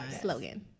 slogan